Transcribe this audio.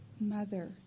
mother